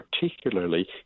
particularly